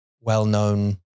well-known